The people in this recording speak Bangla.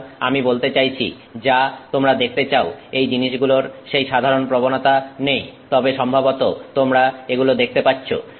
সুতরাং আমি বলতে চাইছি যা তোমরা দেখতে চাও এই জিনিসগুলোর সেই সাধারণ প্রবণতা নেই তবে সম্ভবত তোমরা এগুলো দেখতে পাচ্ছ